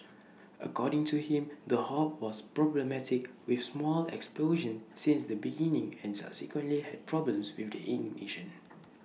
according to him the hob was problematic with small explosions since the beginning and subsequently had problems with the ignition